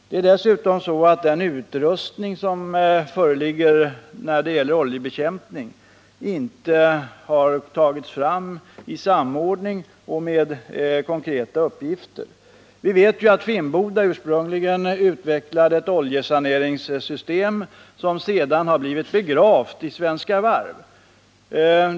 Det är dessutom så att den utrustning som finns när det gäller oljebekämpning inte har tagits fram i samråd mellan berörda parter och med hänsyn till de konkreta uppgifterna. Vi vet att Finnboda ursprungligen utvecklade ett oljesaneringssystem som sedan blivit begravt i Svenska Varv.